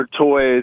toys